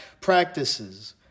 practices